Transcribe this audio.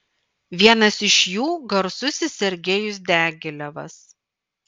vienas iš jų garsusis sergejus diagilevas